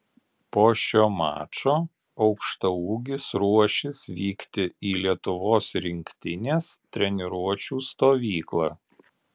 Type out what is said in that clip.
po šio mačo aukštaūgis ruošis vykti į lietuvos rinktinės treniruočių stovyklą